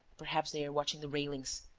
perhaps they are watching the railings.